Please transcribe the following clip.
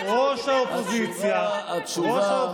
ואללה,